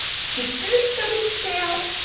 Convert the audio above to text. stick those stomachs out.